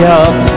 up